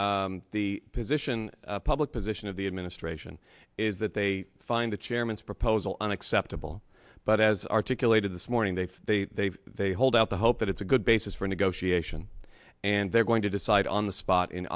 familiar the position public position of the administration is that they find the chairman's proposal unacceptable but as articulated this morning they they they hold out the hope that it's a good basis for negotiation and they're going to decide on the spot in